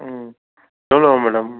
ம் எவ்வளோ ஆவும் மேடம்